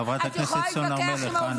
חברת הכנסת סון הר מלך, אנא.